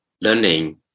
learning